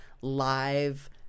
live